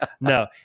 No